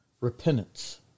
repentance